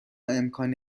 امکان